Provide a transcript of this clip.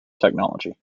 technology